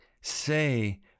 say